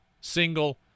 single